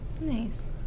Nice